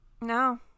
no